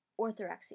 orthorexia